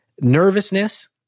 nervousness